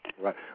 Right